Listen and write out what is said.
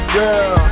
girl